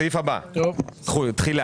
הסעיף הבא, תחילה.